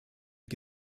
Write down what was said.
die